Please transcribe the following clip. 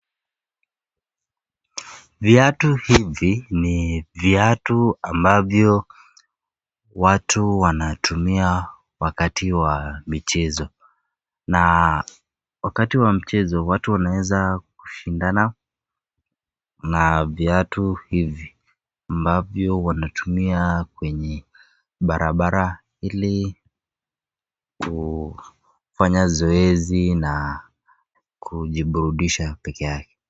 Viatu hivi ni viatu ambavyo watu wanatumia wakati wa michezo, na wakati wa mchezo watu wanaweza shindana na viatu hivi, ambavyo wanatumia kwenye barabara ili kufanya zoezi na kujiburudisha peke yake.